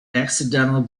accidental